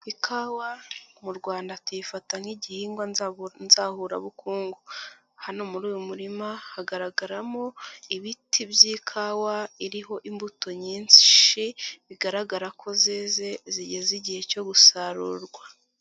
Ikawa mu Rwanda tuyifata nk'igihingwa nzahurabukungu, hano muri uyu murima hagaragaramo ibiti by'ikawa iriho imbuto nyinshi, bigaragara ko zeze zigeze igihe cyo gusarurwa.